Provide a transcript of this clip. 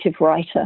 writer